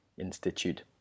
institute